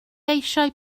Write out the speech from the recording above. eisiau